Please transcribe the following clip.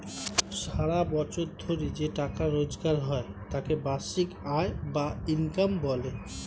সারা বছর ধরে যে টাকা রোজগার হয় তাকে বার্ষিক আয় বা ইনকাম বলে